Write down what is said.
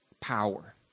power